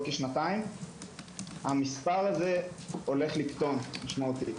כשנתיים המספר הזה הולך לקטון משמעותית.